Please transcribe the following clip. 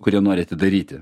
kurie nori atidaryti